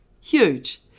Huge